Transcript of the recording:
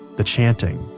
the chanting,